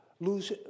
lose